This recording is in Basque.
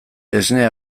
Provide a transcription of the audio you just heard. esne